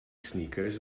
sneakers